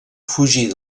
fugir